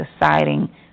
deciding